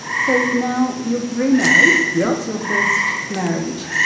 so now you've remarried yeah since your first marriage.